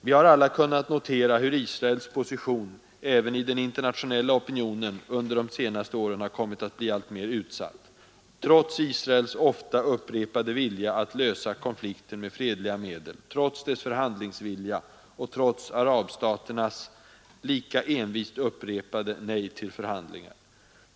Vi har alla kunnat notera hur Israels position även i den internationella opinionen under de senaste åren kommit att bli alltmer utsatt, trots Israels ofta upprepade önskan att lösa konflikten med fredliga medel, trots dess förhandlingsvilja och trots arabstaternas lika envist upprepade nej till förhandlingar.